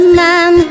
man